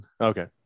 Okay